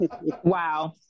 Wow